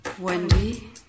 Wendy